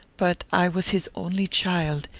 but i was his only child,